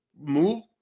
move